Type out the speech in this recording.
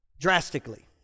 drastically